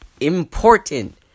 important